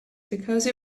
because